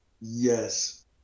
Yes